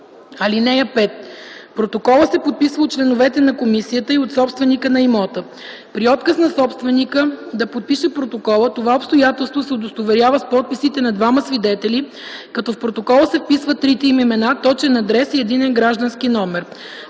описа. (5) Протоколът се подписва от членовете на комисията и от собственика на имота. При отказ на собственика да подпише протокола това обстоятелство се удостоверява с подписите на двама свидетели, като в протокола се вписват трите им имена, точен адрес и единен граждански номер.